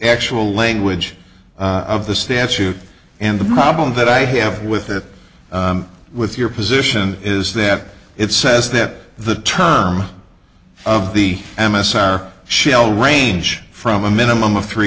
actual language of the statute and the problem that i have with it with your position is that it says that the term of the m s r shell range from a minimum of three